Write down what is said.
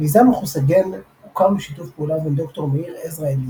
מיזם ״מחוסגן״ הוקם בשיתוף פעולה בין ד"ר מאיר עזרא אליה,